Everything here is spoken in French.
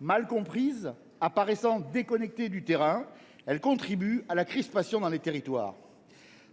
mal comprises et apparaissant déconnectées du terrain contribuent en effet à la crispation dans les territoires.